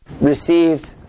received